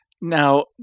Now